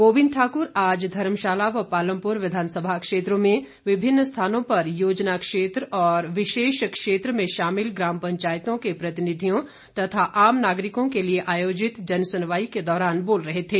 गोविंद ठाक्र आज धर्मशाला और पालमपुर विधानसभा क्षेत्रों में विभिन्न स्थानों पर योजना क्षेत्र और विशेष क्षेत्र में शामिल ग्राम पंचायतों के प्रतिनिधियों और आम नागरिकों के लिए आयोजित जनसुनवाई के दौरान बोल रहे थे